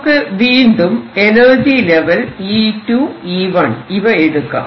നമുക്ക് വീണ്ടും energy level E2 E1 ഇവ എടുക്കാം